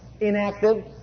Inactive